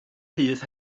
rhydd